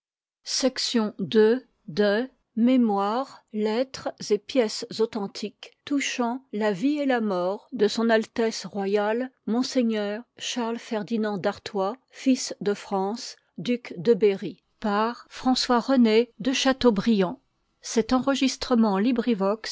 de seine mémoires lettres et pièges authentiques touchant la vie et la mort de s a r monseigneur charles ferdinand dartois fils de france duc de berry par m le v de chateaubriand